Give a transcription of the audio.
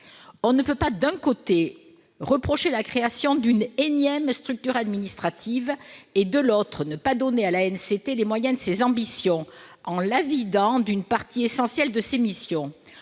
On ne peut pas, d'un côté, reprocher la création d'une énième structure administrative et, de l'autre, ne pas donner à l'ANCT les moyens de ses ambitions, en la vidant d'une partie essentielle de ses missions.